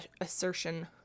assertion